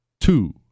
two